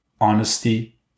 honesty